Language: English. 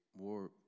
more